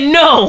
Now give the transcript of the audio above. no